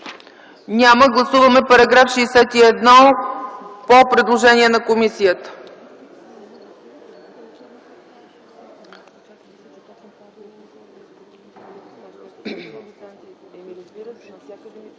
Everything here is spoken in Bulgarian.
Няма. Гласуваме § 61 по предложение на комисията.